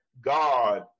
God